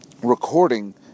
recording